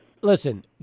listen